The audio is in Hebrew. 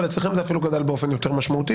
אבל אצלכם זה אפילו גדל באופן יותר משמעותי,